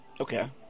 Okay